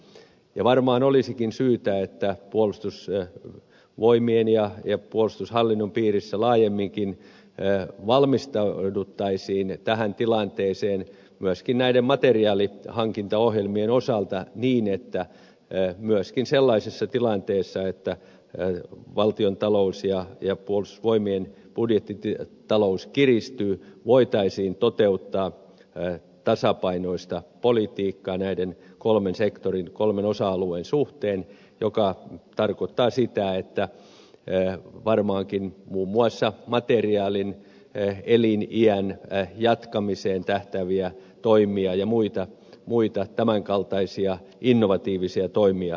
ja varmaan olisikin syytä että puolustusvoimien ja puolustushallinnon piirissä laajemminkin valmistauduttaisiin tähän tilanteeseen myöskin näiden materiaalihankintaohjelmien osalta niin että myöskin sellaisessa tilanteessa että valtiontalous ja puolustusvoimien budjetti talous kiristyy voitaisiin toteuttaa tasapainoista politiikkaa näiden kolmen sektorin kolmen osa alueen suhteen mikä tarkoittaa sitä että varmaankin muun muassa materiaalin eliniän jatkamiseen tähtääviä toimia ja muita tämän kaltaisia innovatiivisia toimia tarvitaan